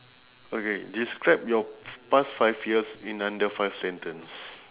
okay describe your f~ past five years in under five sentence